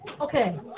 Okay